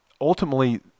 ultimately